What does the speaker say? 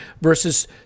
versus